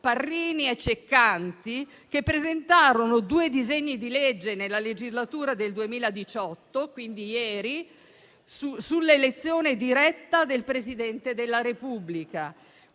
Parrini e Ceccanti, che presentarono due disegni di legge nella legislatura del 2018 - quindi ieri - sull'elezione diretta del Presidente della Repubblica.